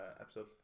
episode